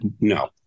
no